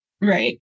Right